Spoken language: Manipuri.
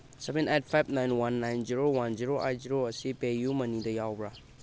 seven eight five nine one nine zero one zero eight zero ꯑꯁꯤ ꯄꯦ ꯌꯨ ꯃꯅꯤꯗ ꯌꯥꯎꯕ꯭ꯔꯥ